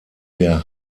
der